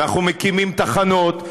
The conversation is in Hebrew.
אנחנו מקימים תחנות,